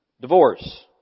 Divorce